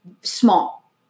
small